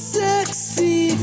sexy